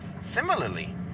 Similarly